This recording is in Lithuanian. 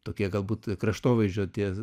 tokie galbūt kraštovaizdžio tie